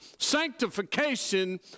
sanctification